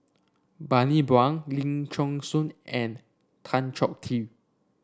Bani Buang Ling Geok Choon and Tan Choh Tee